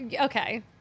Okay